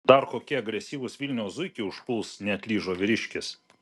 dar kokie agresyvūs vilniaus zuikiai užpuls neatlyžo vyriškis